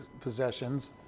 possessions